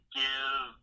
give